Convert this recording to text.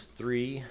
three